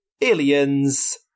Aliens